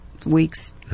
weeks